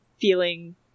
feeling